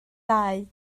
dau